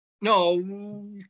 No